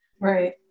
Right